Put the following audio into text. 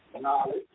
knowledge